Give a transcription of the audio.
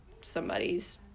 somebody's